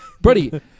Buddy